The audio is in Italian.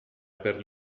per